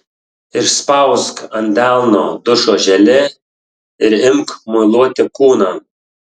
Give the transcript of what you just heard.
išspausk ant delno dušo želė ir imk muiluoti kūną